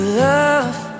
love